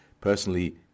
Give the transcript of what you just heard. personally